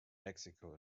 mexico